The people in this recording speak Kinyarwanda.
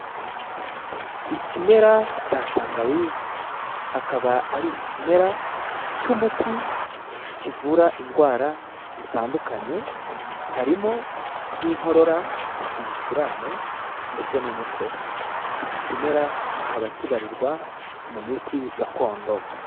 Ikimera cya tangawizi, akaba ari ikimera cy'umuti kivura indwara zitandukanye harimo nk'inkorora, ibicurane ndetse n'umutwe. Iki kimera kikaba kibarirwa mu miti gakondo.